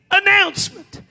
announcement